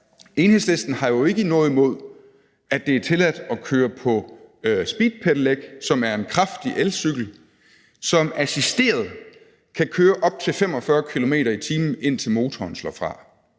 Enhedslisten jo ikke noget imod, at det er tilladt at køre på speedpedelec, som er en kraftig elcykel, og som assisteret kan køre op til 45 km/t., indtil motoren slår fra.